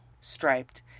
striped